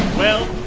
well,